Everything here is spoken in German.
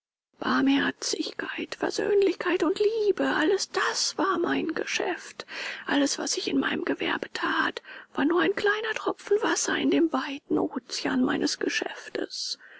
barmherzigkeit versöhnlichkeit und liebe alles das war mein geschäft alles was ich in meinem gewerbe that war nur ein kleiner tropfen wasser in dem weiten ocean meines geschäftes